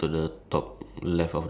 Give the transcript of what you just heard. pail and a shover